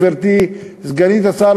גברתי סגנית השר,